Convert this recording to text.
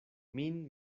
min